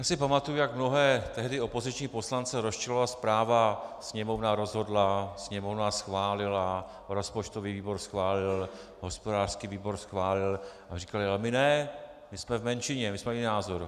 Já si pamatuji, jak mnohé tehdy opoziční poslance rozčilovala zpráva Sněmovna rozhodla, Sněmovna schválila, rozpočtový výbor schválil, hospodářský výbor schválil a říkali my ne, my jsme v menšině, my jsme jiného názoru.